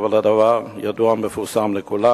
אבל הדבר ידוע ומפורסם לכולם.